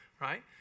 right